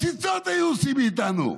קציצות היו עושים מאיתנו.